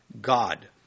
God